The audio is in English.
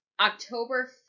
October